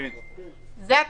אני מודה לכם, הישיבה